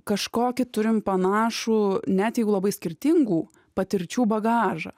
kažkokį turim panašų net jeigu labai skirtingų patirčių bagažą